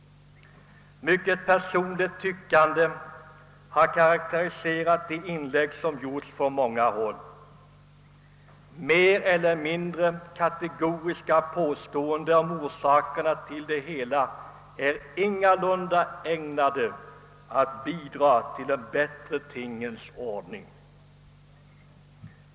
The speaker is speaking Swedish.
Mycket personligt »tyckande» har karakteriserat de inlägg som gjorts från många håll. Mer eller mindre kategoriska påståenden om orsakerna till det hela är ingalunda ägnade att bidraga till en bättre tingens ordning.